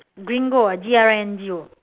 gringo ah G R I N G O